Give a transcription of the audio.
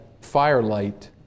firelight